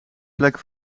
plek